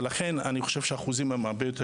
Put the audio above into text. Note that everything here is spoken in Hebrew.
ולכן אני חושב שהאחוזים הם הרבה יותר